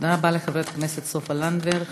תודה רבה לחברת הכנסת סופה לנדבר.